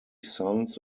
sons